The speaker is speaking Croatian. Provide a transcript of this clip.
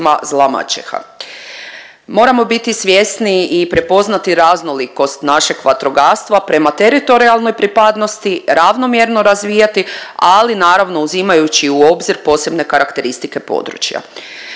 Moramo biti svjesni i prepoznati raznolikost našeg vatrogastva, prema teritorijalnoj pripadnosti ravnomjerno razvijati, ali naravno uzimajući u obzir posebne karakteristike područja.